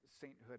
sainthood